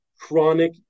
chronic